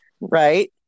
right